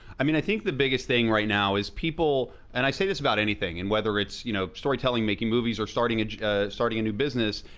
i mean, i think the biggest thing right now is people, and i say this about anything, and whether it's you know storytelling, making movies, or starting ah starting a new business,